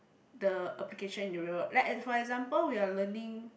the application in real like uh for example we are learning